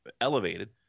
elevated